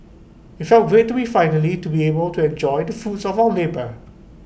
felt great to finally be able to enjoy the fruits of our labour